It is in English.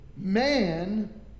Man